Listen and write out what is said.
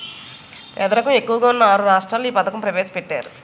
పేదరికం ఎక్కువగా ఉన్న ఆరు రాష్ట్రాల్లో ఈ పథకం ప్రవేశపెట్టారు